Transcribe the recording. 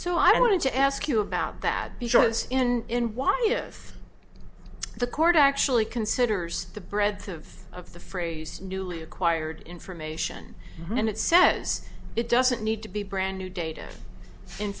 so i wanted to ask you about that because in want to give the court actually considers the breadth of of the phrase newly acquired information and it says it doesn't need to be brand new data in